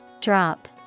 Drop